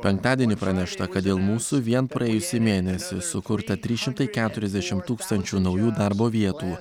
penktadienį pranešta kad dėl mūsų vien praėjusį mėnesį sukurta trys šimtai keturiasdešimt tūkstančių naujų darbo vietų